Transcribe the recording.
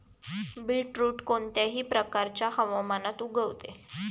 beetroot कोणत्याही प्रकारच्या हवामानात उगवते